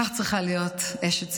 כך צריכה להיות אשת ציבור.